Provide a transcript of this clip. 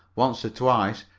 once or twice,